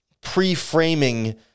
pre-framing